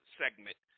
segment